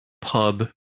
pub